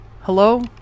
hello